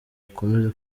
ukomeze